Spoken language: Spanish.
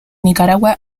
nicaragua